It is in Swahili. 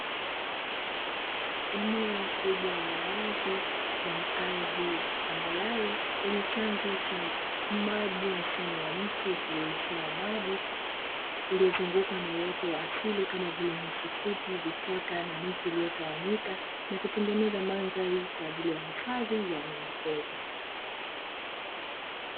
Eneo kubwa la wazi lenye ardhi tambarare yenye chanzo cha maji mfano wa mto utiririshao maji, uliyozungukwa na uwoto wa asili kama vile nyasi fupi, vichaka na miti iliyotawanyika, na kutengeneza mandhari kwaajili ya hifadhi ya wanyama pori.